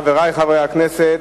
חברי חברי הכנסת,